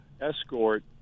escort